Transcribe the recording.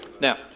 Now